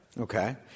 Okay